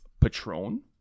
Patron